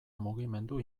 mugimendu